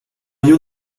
you